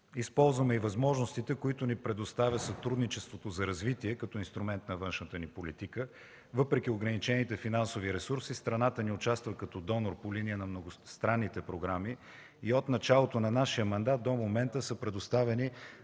Използваме и възможностите, които ни предоставя сътрудничеството за развитие като инструмент на външната ни политика. Въпреки ограничените финансови ресурси, страната ни участва като донор по линия на многостранните програми и от началото на нашия мандат до момента са предоставени